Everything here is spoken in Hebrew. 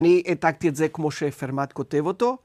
אני העתקתי את זה ‫כמו שפרמה כותב אותו,